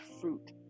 fruit